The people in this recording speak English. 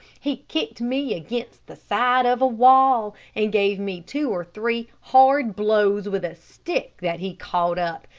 he kicked me against the side of a wall, and gave me two or three hard blows with a stick that he caught up,